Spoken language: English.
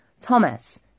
Thomas